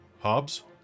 Hobbs